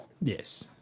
Yes